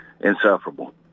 Insufferable